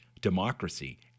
democracy